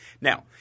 Now